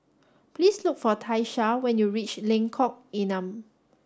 please look for Tiesha when you reach Lengkok Enam